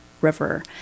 River